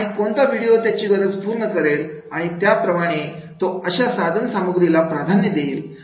आणि कोणता व्हिडिओ त्याची गरज पूर्ण करेल आणि त्याप्रमाणे तो अशा सामग्रीला प्राधान्य देईल